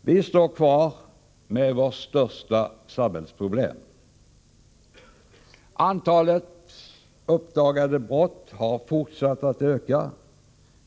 Vi står kvar med vårt största samhällsproblem. Antalet uppdagade brott har fortsatt att öka.